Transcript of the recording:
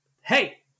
hey